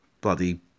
bloody